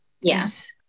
Yes